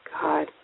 God